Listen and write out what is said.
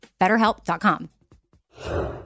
BetterHelp.com